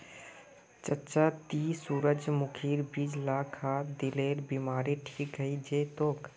चच्चा ती सूरजमुखीर बीज ला खा, दिलेर बीमारी ठीक हइ जै तोक